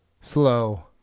slow